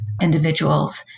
individuals